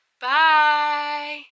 Bye